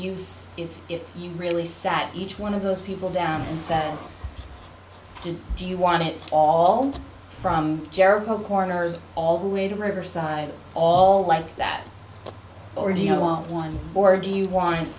see it if you really sat each one of those people down and said did do you want it all from jericho corners all the way to riverside all like that or do you want one or do you want